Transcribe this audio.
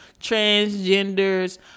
transgenders